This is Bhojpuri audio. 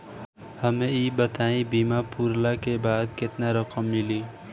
हमके ई बताईं बीमा पुरला के बाद केतना रकम मिली?